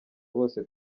bose